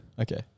Okay